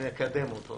נקדם אותו.